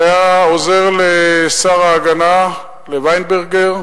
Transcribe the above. שהיה עוזר של שר ההגנה ויינברגר,